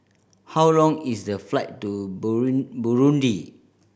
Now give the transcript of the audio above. how long is the flight to Burundi